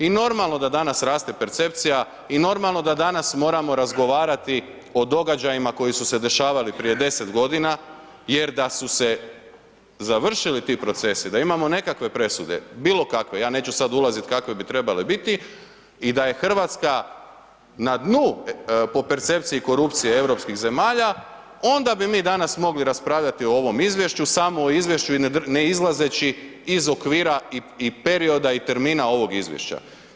I normalno da danas raste percepcija i normalno da danas moramo razgovarati o događajima koji su se dešavali prije 10 godina jer da su se završili ti procesi, da imamo nekakve presude, bilo kakve, ja neću sada ulaziti kakve bi trebale biti i da je Hrvatska na dnu po percepciji korupcije europskih zemalja onda bi mi danas mogli raspravljati o ovom izvješću, samo o izvješću i ne izlazeći iz okvira i perioda i termina ovog izvješća.